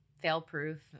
fail-proof